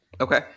okay